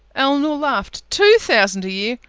elinor laughed. two thousand a year!